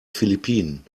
philippinen